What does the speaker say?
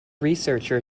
researcher